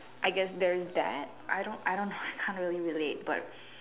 I guess there is that I don't I don't know how to relate but